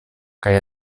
kaj